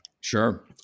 Sure